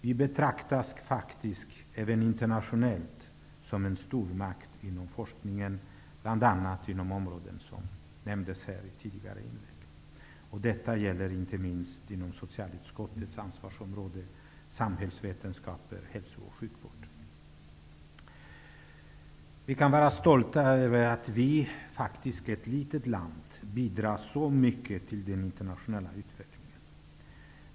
Vi betraktas även internationellt som en stormakt inom forskningen, bl.a. inom områden som nämndes här tidigare. Detta gäller inte minst inom socialutskottets ansvarsområde, samhällsvetenskaper, hälso och sjukvård. Vi kan vara stolta över att Sverige, ett litet land, bidrar så mycket till den internationella utvecklingen.